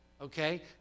okay